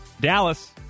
Dallas